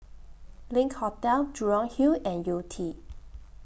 LINK Hotel Jurong Hill and Yew Tee